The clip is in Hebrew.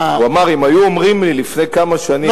הוא אמר: אם היו אומרים לי לפני כמה שנים,